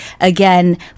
again